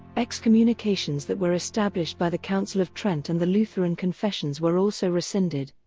excommunications that were established by the council of trent and the lutheran confessions were also rescinded,